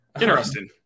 Interesting